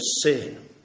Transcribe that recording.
sin